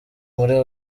muri